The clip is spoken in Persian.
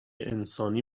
انسانی